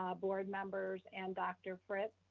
ah board members and dr. fritz,